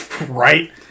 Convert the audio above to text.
right